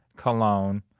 cologne,